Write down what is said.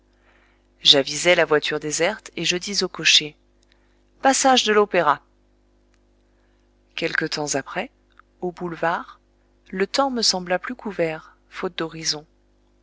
j'avisai la voiture déserte et je dis au cocher passage de l'opéra quelque temps après aux boulevards le temps me sembla plus couvert faute d'horizon